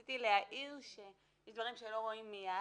ורציתי להעיר שיש דברים שלא רואים מיד